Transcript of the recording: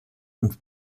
und